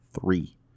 three